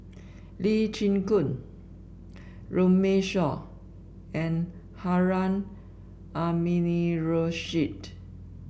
Lee Chin Koon Runme Shaw and Harun Aminurrashid